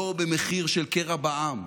לא במחיר של קרע בעם,